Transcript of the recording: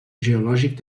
geològic